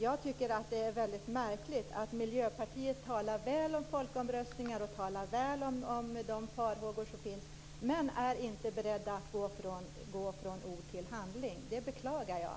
Jag tycker att det är mycket märkligt att Miljöpartiet talar väl om folkomröstningar och talar väl om de farhågor som finns, men man är inte beredd att gå från ord till handling. Det beklagar jag.